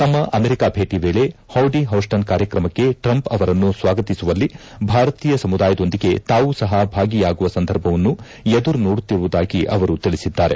ತಮ್ಮ ಅಮೆರಿಕಾ ಭೇಟ ವೇಳೆ ಹೌಡಿ ಹೌಸ್ಟನ್ ಕಾರ್ಯಕ್ರಮಕ್ಕೆ ಟ್ರಂಪ್ ಅವರನ್ನು ಸ್ವಾಗತಿಸುವಲ್ಲಿ ಭಾರತೀಯ ಸಮುದಾಯದೊಂದಿಗೆ ತಾವು ಸಹ ಭಾಗಿಯಾಗುವ ಸಂದರ್ಭವನ್ನು ಎದುರು ನೋಡುತ್ತಿರುವುದಾಗಿ ಅವರು ತಿಳಿಸಿದ್ದಾರೆ